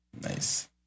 Nice